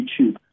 YouTube